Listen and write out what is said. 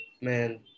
man